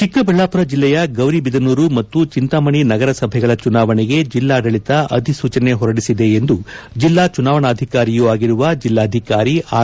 ಚಿಕ್ಕಬಳ್ಳಾಮರ ಜಿಲ್ಲೆಯ ಗೌರಿಬಿದನೂರು ಮತ್ತು ಚಿಂತಾಮಣಿ ನಗರಸಭೆಗಳ ಚುನಾವಣೆಗೆ ಜಿಲ್ಲಾಡಳಿತ ಅಧಿಸೂಚನೆ ಹೊರಡಿಸಿದೆ ಎಂದು ಜಿಲ್ಲಾ ಚುನಾವಣಾಧಿಕಾರಿಯೂ ಆಗಿರುವ ಜಿಲ್ಲಾಧಿಕಾರಿ ಆರ್